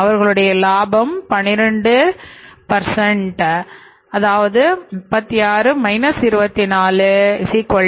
அவர்கள் லாபம் 12 பெறுகிறார்கள்